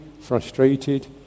frustrated